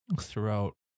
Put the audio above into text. throughout